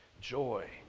joy